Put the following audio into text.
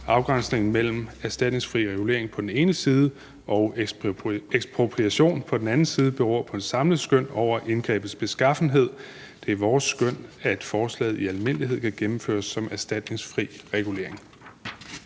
Afgrænsningen mellem erstatningsfri regulering på den ene side og ekspropriation på den anden side beror på et samlet skøn over indgrebets beskaffenhed. Det er vores skøn, at forslaget i almindelighed kan gennemføres som erstatningsfri regulering.